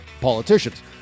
politicians